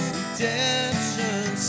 redemption